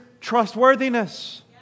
trustworthiness